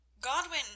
Godwin